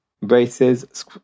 braces